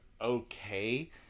okay